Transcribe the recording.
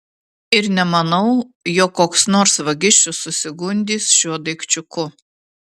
ir nemanau jog koks nors vagišius susigundys šiuo daikčiuku